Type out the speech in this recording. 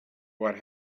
what